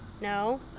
No